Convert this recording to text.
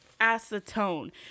Acetone